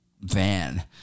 van